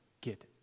get